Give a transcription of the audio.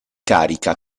carica